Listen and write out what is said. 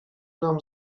nam